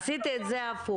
עשיתי את זה הפוך.